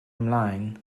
ymlaen